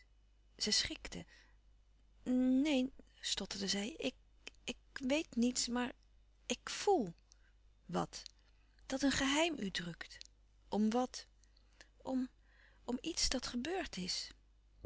zij schrikte neen stotterde zij ik ik weet niets maar ik voèl wat dat een geheim u drukt om wat om om iets dat gebeurd is